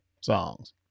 songs